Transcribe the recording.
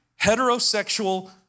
heterosexual